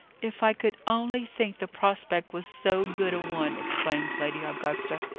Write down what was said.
if i could only think the prospect was so good a one! exclaimed lady augusta.